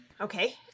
Okay